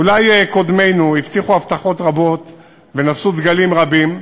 אולי קודמינו הבטיחו הבטחות רבות ונשאו דגלים רבים,